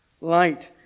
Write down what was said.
light